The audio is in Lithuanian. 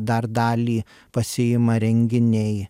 dar dalį pasiima renginiai